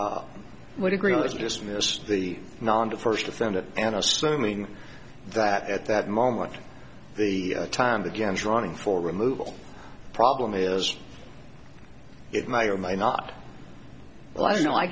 offender and assuming that at that moment the time the jambs running for removal problem is it may or may not well i don't know i